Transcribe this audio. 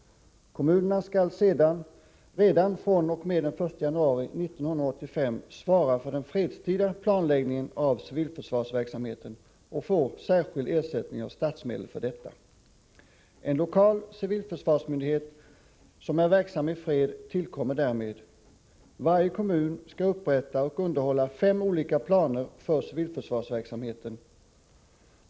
Kommunerna skall redan fr.o.m. den 1 januari 1985 svara för den fredstida planläggningen av civilförsvarsverksamheten och får särskild ersättning av statsmedel för detta. En lokal civilförsvarsmyndighet som är verksam i fred tillkommer därmed. Varje kommun skall upprätta och underhålla fem olika planer för civilförsvarsverksamheten.